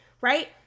right